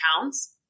accounts